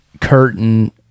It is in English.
curtain